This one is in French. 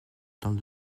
temps